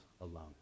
alone